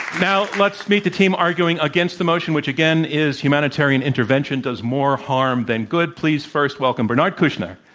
now, let's meet the team arguing against the motion, which again is humanitarian intervention does more harm than good. please first welcome bernard kouchner.